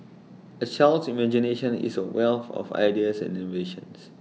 A child's imagination is A wealth of ideas and innovations